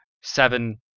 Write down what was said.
seven